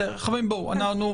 חברי הכנסת,